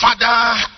father